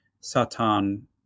Satan